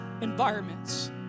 environments